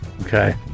okay